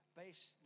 base